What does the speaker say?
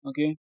Okay